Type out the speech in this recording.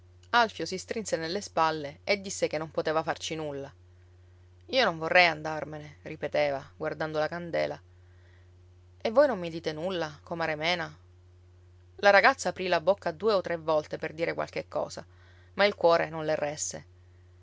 alfio si strinse nelle spalle e disse che non poteva farci nulla io non vorrei andarmene ripeteva guardando la candela e voi non mi dite nulla comare mena la ragazza aprì la bocca due o tre volte per dire qualche cosa ma il cuore non le resse